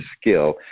skill